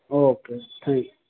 okay thank